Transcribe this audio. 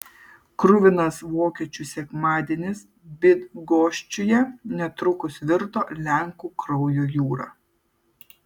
kruvinas vokiečių sekmadienis bydgoščiuje netrukus virto lenkų kraujo jūra